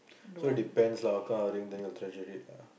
so depends lah what kind of ring they you'll treasure it lah